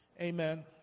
Amen